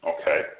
Okay